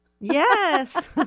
Yes